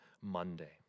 Monday